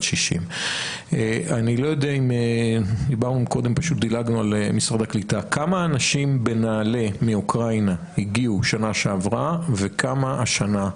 60. כמה אנשים בנעל"ה מאוקראינה הגיעו שנה שעברה וכמה השנה?